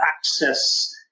access